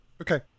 Okay